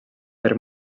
per